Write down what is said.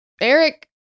eric